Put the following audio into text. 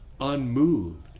unmoved